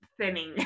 thinning